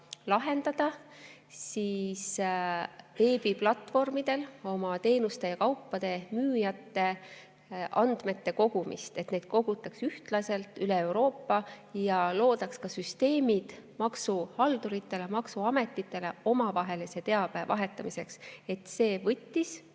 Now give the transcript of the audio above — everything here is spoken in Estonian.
lahendada veebiplatvormidel oma teenuseid ja kaupu pakkuvate müüjate andmete kogumist, et neid kogutaks ühtlaselt üle Euroopa ja loodaks ka süsteemid maksuhalduritele, maksuametitele, omavaheliseks teabevahetuseks. See võttis